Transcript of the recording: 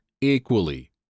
equally